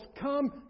come